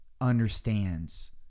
understands